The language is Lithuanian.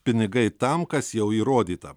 pinigai tam kas jau įrodyta